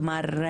כלומר,